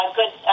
good